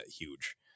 huge